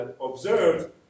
observed